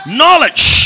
knowledge